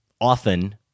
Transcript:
often